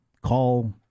call